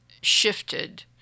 shifted